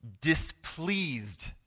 Displeased